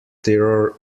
terror